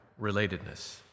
relatedness